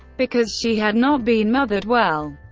because she had not been mothered well.